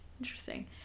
Interesting